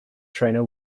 trainer